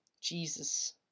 Jesus